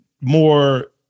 more